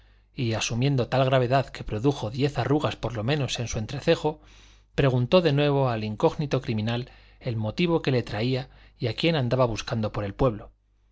y asumiendo tal gravedad que produjo diez arrugas por lo menos en su entrecejo preguntó de nuevo al incógnito criminal el motivo que le traía y a quién andaba buscando por el pueblo